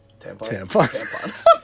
Tampon